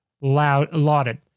lauded